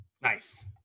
Nice